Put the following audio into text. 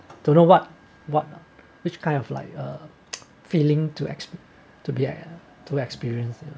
don't know what what which kind of like a feeling to ex~ to be at to experience you know